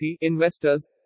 investors